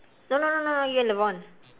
no no no no you and lebron